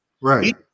Right